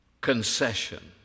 concession